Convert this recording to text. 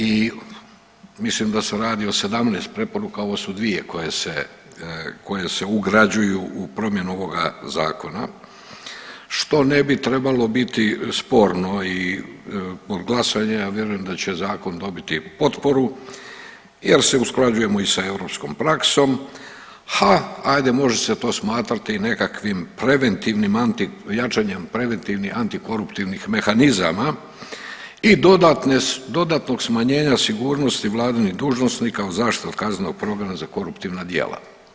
I mislim da se radi o 17 preporuka, ovo su 2 koje se, koje se ugrađuju u promjenu ovoga zakona što ne bi trebalo biti sporno i kod glasanja ja vjerujem da će zakon dobiti potporu jer se usklađujemo i sa europskom praksom, ha ajde može se to smatrati i nekakvim preventivnim anti, jačanjem preventivnih antikoruptivnih mehanizama i dodatnog smanjenja sigurnosti vladinih dužnosnika u zaštiti od kaznenog progona za koruptivna djela.